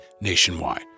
nationwide